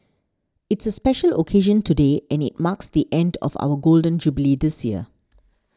it's a special occasion today and it marks the end of our Golden Jubilee year